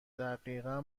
دقیقا